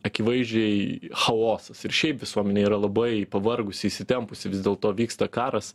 akivaizdžiai chaosas ir šiaip visuomenė yra labai pavargusi įsitempusi vis dėl to vyksta karas